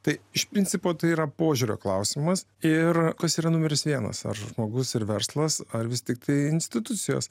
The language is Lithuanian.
tai iš principo tai yra požiūrio klausimas ir kas yra numeris vienas ar žmogus ir verslas ar vis tiktai institucijos